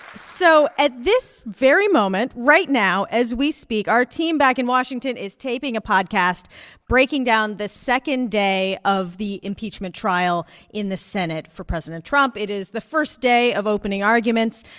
so at this very moment right now, as we speak, our team back in washington is taping a podcast breaking down the second day of the impeachment trial in the senate for president trump. it is the first day of opening arguments.